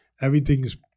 everything's